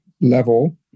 level